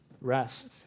rest